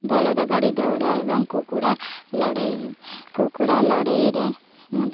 ବଳଦ ଗାଡ଼ି ଦୌଡ଼ ଏବଂ କୁକୁଡ଼ା ଲଢ଼େଇ କୁକୁଡ଼ା ଲଢ଼େଇରେ ମୁଁ